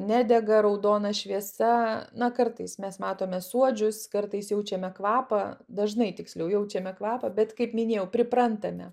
nedega raudona šviesa na kartais mes matome suodžius kartais jaučiame kvapą dažnai tiksliau jaučiame kvapą bet kaip minėjau priprantame